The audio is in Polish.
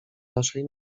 naszej